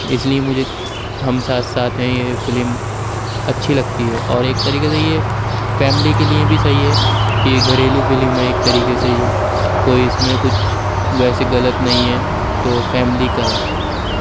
اس لیے مجھے ہم ساتھ ساتھ ہیں یہ فلم اچھی لگتی ہے اور ایک طریقے سے یہ فیملی کے لیے بھی صحیح ہے کہ گھریلو فلم ہے ایک طریقے سے یہ کوئی اس میں کچھ ویسی غلط نہیں ہے تو فیملی کا ہے